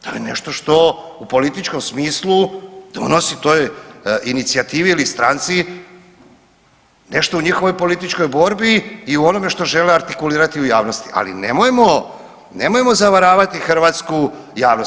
To je nešto što u političkom smislu donosi toj inicijativi ili stranci, nešto u njihovoj političkoj borbi i u onome što žele artikulirati u javnosti, ali nemojmo, nemojmo zavaravati hrvatsku javnost.